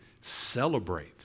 celebrate